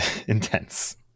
intense